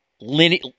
linear